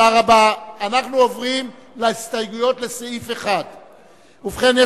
אנחנו עוברים להסתייגויות לסעיף 1. יש